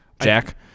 Jack